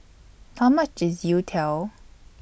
How much IS Youtiao